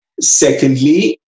Secondly